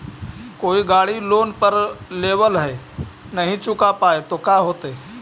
कोई गाड़ी लोन पर लेबल है नही चुका पाए तो का होतई?